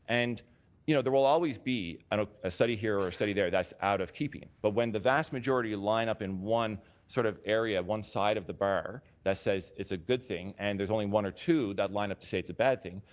and you know there will always be and a a study here or a study there that's out of keeping. but when the vast majority line up in one sort of area, one side of the bar that says it's a good thing and only one or two to line up to say it's a bad thing,